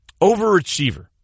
overachiever